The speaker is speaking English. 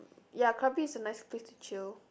ya Krabi is a nice place to chill